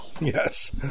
Yes